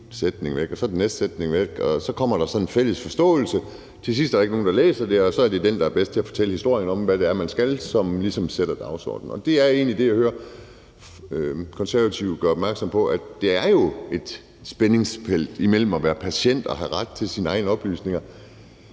så den næste sætning væk, og så kommer der sådan en fælles forståelse. Til sidst er der ikke nogen, der læser det, og så er det den, der er bedst til at fortælle historien om, hvad det er, man skal, som ligesom sætter dagsordenen. Det er egentlig det, jeg hører Konservative gøre opmærksom på. Der er et spændingsfelt imellem at være patient og have ret til sine egne oplysninger,